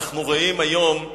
אנחנו רואים היום,